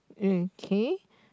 okay